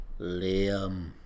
Liam